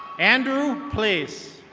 andrew place.